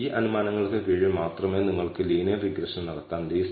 അതിനാൽ നമുക്ക് കാണിക്കാൻ കഴിയുന്ന ഈ അനുപാതം β̂1 ന്റെ വേരിയൻസ്ന് തുല്യമായിരിക്കും